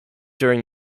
during